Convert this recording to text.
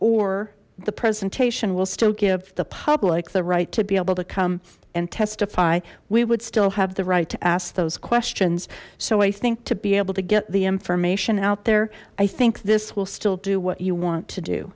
or the presentation will still give the public the right to be able to come and testify we would still have the right to ask those questions so i think to be able to get the information out there i think this will still do what you want to do